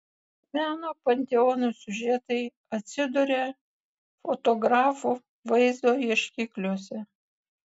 meno panteonų siužetai atsiduria fotografų vaizdo ieškikliuose